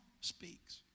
speaks